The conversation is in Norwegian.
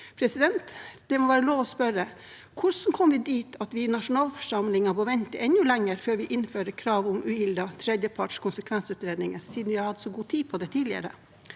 Det må være lov å spørre: Hvordan kom vi dit at vi i nasjonalforsamlingen må vente enda lenger før vi innfører krav om uhildede tredjeparts konsekvensutredninger, siden vi har hatt så god tid til det tidligere?